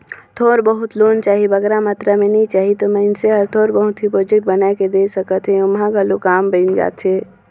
थोर बहुत लोन चाही बगरा मातरा में नी चाही ता मइनसे हर थोर बहुत ही प्रोजेक्ट बनाए कर दे सकत हे ओम्हां घलो काम बइन जाथे